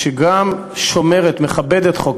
במובן הזה שתהיה לנו חברה שגם שומרת ומכבדת חוק,